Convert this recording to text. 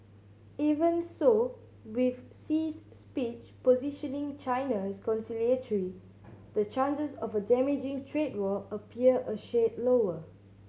even so with Xi's speech positioning China as conciliatory the chances of a damaging trade war appear a shade lower